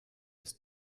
ist